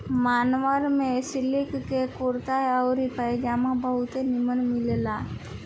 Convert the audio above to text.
मान्यवर में सिलिक के कुर्ता आउर पयजामा बहुते निमन मिलेला